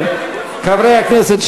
חברי הכנסת,